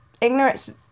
ignorance